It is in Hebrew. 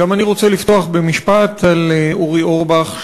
גם אני רוצה לפתוח במשפט על אורי אורבך,